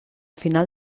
final